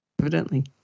Evidently